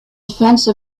defense